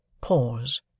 Pause